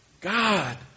God